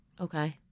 Okay